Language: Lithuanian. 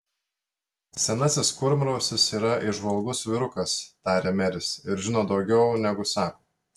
senasis kurmrausis yra įžvalgus vyrukas tarė meris ir žino daugiau negu sako